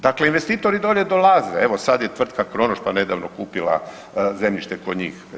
Dakle, investitori dolje dolaze, evo sad je tvrtka … [[Govornik se ne razumije]] pa nedavno kupila zemljište kod njih.